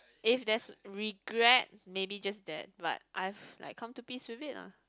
if there's regret maybe just that but I've like come to peace with it lah